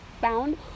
found